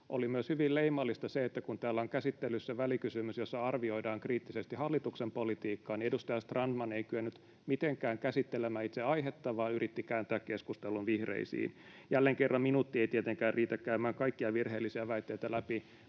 Oli myös hyvin leimallista, että kun täällä on käsittelyssä välikysymys, jossa arvioidaan kriittisesti hallituksen politiikka, niin edustaja Strandman ei kyennyt mitenkään käsittelemään itse aihetta vaan yritti kääntää keskustelun vihreisiin. Jälleen kerran minuutti ei tietenkään riitä käymään kaikkia virheellisiä väitteitä läpi.